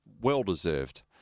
Well-deserved